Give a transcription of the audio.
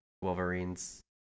Wolverine's